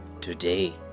Today